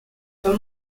for